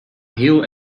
heel